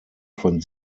von